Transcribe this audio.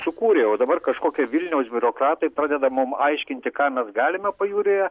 sukūrė o dabar kažkokie vilniaus biurokratai padeda mum aiškinti ką mes galima pajūryje